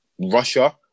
russia